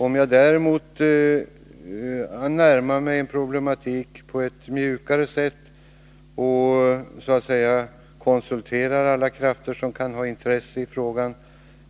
Om jag däremot närmar mig en problematik på ett mjukare sätt och så att säga konsulterar alla krafter som kan ha intresse i frågan,